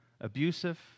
abusive